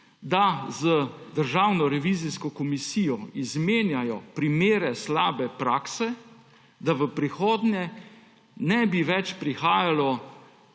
da z Državno revizijsko komisijo izmenjajo primere slabe prakse, da v prihodnje ne bi več prihajalo,